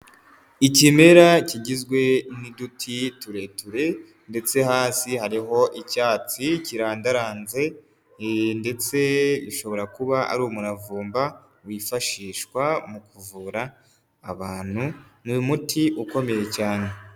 Ikimera kigizwe n'uduti tureture ndetse hasi hariho icyatsi kirandaranze, ndetse ushobora kuba ari umuravumba wifashishwa mu kuvura abantu. Ni umuti ukomeye cyane.